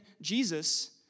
Jesus